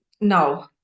no